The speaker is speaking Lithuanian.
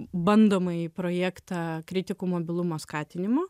bandomąjį projektą kritikų mobilumo skatinimo